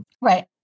right